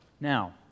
Now